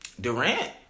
Durant